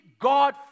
God